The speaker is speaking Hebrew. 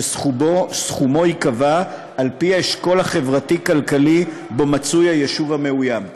וסכומו ייקבע על פי האשכול החברתי-כלכלי שבו מצוי היישוב המאוים.